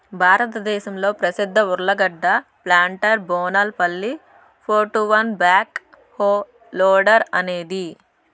భారతదేశంలో ప్రసిద్ధ ఉర్లగడ్డ ప్లాంటర్ బోనాల్ పిల్లి four two one backhoe loader అనేది